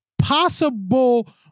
possible